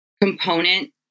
component